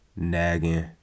Nagging